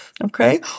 Okay